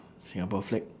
singapore flag